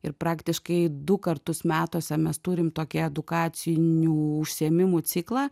ir praktiškai du kartus metuose mes turim tokį edukacinių užsiėmimų ciklą